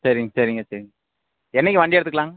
சரிங்க சரிங்க சரிங்க என்றைக்கி வண்டியை எடுத்துக்கலாங்க